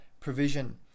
Provision